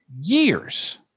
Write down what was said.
years